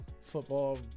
football